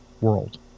world